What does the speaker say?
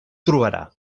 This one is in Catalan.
trobarà